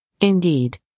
Indeed